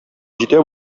җитә